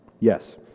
Yes